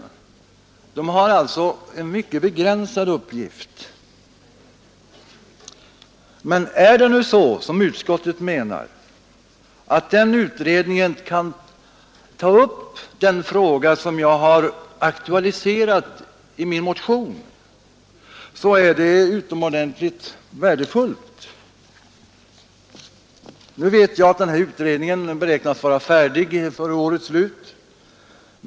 Utredningen har alltså en mycket begränsad uppgift Men är det nu så, som utskottet menar, att den utredningen kan ta upp den fråga som jag har aktualiserat i min motion, så är det utomordentligt värdefullt. Nu vet jag, att den utredningen beräknas vara färdig före årets slut.